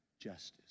justice